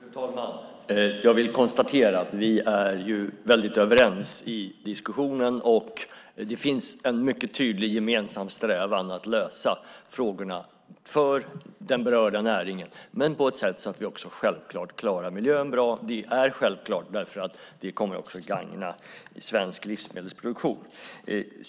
Fru talman! Jag vill konstatera att vi ju är väldigt överens i diskussionen. Det finns en mycket tydlig gemensam strävan att lösa frågorna för den berörda näringen, men självklart på ett sätt så att vi också klarar miljön bra. Det är självklart eftersom det också kommer att gagna svensk livsmedelsproduktion.